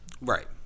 Right